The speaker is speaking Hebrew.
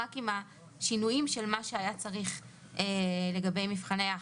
רק עם השינויים של מה שהיה צריך לגבי מבחני ההכנסה.